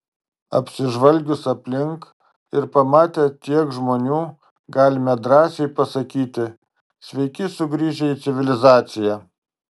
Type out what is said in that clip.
apsižvalgius aplink ir pamatę kiek žmonių galime drąsiai pasakyti sveiki sugrįžę į civilizaciją